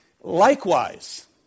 Likewise